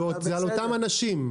זה על אותם אנשים.